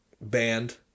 band